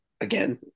again